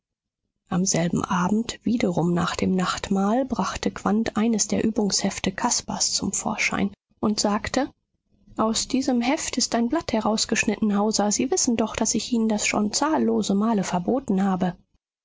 am selben abend wiederum nach dem nachtmahl brachte quandt eines der übungshefte caspars zum vorschein und sagte aus diesem heft ist ein blatt herausgeschnitten hauser sie wissen doch daß ich ihnen das schon zahllose male verboten habe